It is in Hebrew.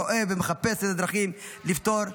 רואה ומחפש את הדרכים לפתור.